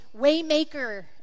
Waymaker